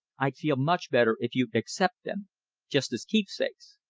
i'd feel much better if you'd accept them just as keepsakes.